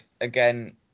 again